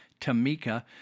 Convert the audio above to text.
Tamika